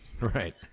Right